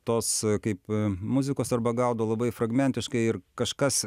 tos kaip muzikos arba gaudo labai fragmentiškai ir kažkas